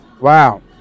Wow